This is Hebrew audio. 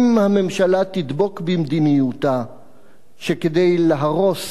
אם הממשלה תדבק במדיניותה שכדי להרוס